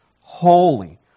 holy